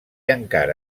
encara